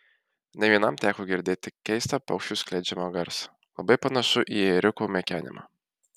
ne vienam teko girdėti keistą paukščių skleidžiamą garsą labai panašų į ėriuko mekenimą